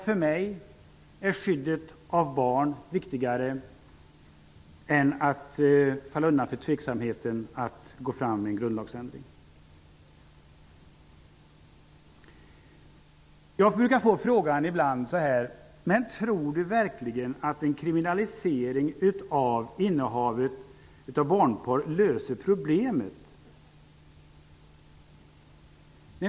För mig är skyddet av barn viktigare än tveksamheten inför en grundlagsändring. Ibland får jag frågan om jag verkligen tror att en kriminalisering av innehavet av barnporr löser problemet.